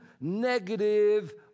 negative